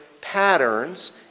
patterns